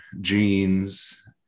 jeans